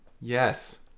Yes